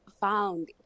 found